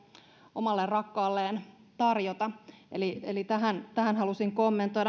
omalle rakkaalleen tarjota eli eli tätä halusin kommentoida